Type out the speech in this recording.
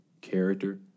character